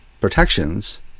protections